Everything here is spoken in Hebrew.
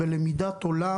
בלמידת עולם,